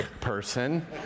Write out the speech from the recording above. person